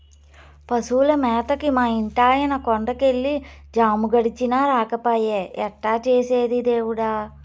పశువుల మేతకి మా ఇంటాయన కొండ కెళ్ళి జాము గడిచినా రాకపాయె ఎట్టా చేసేది దేవుడా